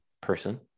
person